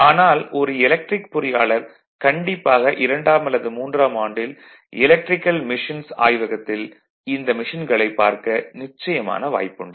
ஆனால் ஒரு எலக்ட்ரிகல் பொறியாளர் கண்டிப்பாக இரண்டாம் அல்லது மூன்றாம் ஆண்டில் எலக்ட்ரிகல் மெஷின்ஸ் ஆய்வகத்தில் இந்த மெஷின்களைப் பார்க்க நிச்சயமான வாய்ப்புண்டு